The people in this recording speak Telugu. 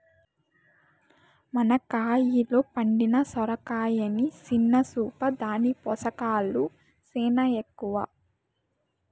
మన కయిలో పండిన సొరకాయని సిన్న సూపా, దాని పోసకాలు సేనా ఎక్కవ